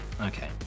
Okay